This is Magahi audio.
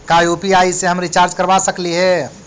का यु.पी.आई से हम रिचार्ज करवा सकली हे?